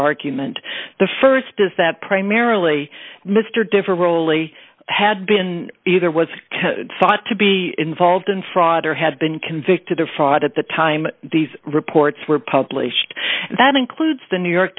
argument the st is that primarily mr different role a had been either was thought to be involved in fraud or had been convicted of fraud at the time these reports were published that includes the new york